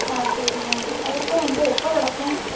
ஆ சரி மேம் அதுக்குள்ளே எங்கே எப்போ நடக்கும்